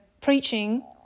preaching